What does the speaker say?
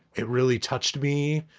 it really touched me.